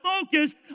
focus